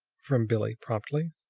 from billie promptly.